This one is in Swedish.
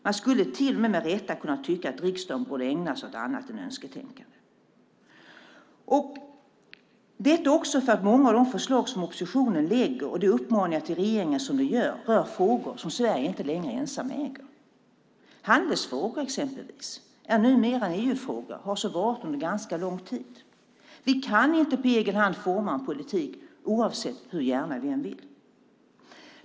Man skulle med rätta kunna tycka att riksdagen borde ägna sig åt annat än önsketänkande, också för att många av de förslag som oppositionen lägger fram och de uppmaningar till regeringen som den gör rör frågor som Sverige inte längre äger ensamt. Handelsfrågor är exempelvis numera en EU-fråga och har så varit under ganska lång tid. Vi kan inte på egen hand forma en politik hur gärna vi än vill.